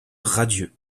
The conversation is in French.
radieux